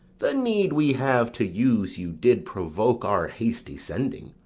the need we have to use you did provoke our hasty sending.